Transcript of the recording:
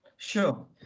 Sure